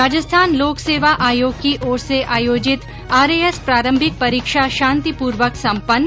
राजस्थान लोक सेवा आयोग की ओर से आयोजित आरएएस प्रारंभिक परीक्षा शांतिपूर्वक संपन्न